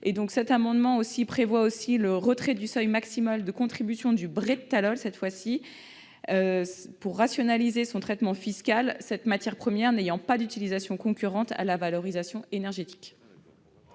Cet amendement tend également au retrait du seuil maximal de contribution du brai de tallol, afin de rationaliser son traitement fiscal, cette matière première n'ayant pas d'utilisation concurrente à la valorisation énergétique.